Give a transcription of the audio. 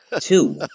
Two